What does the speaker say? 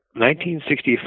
1965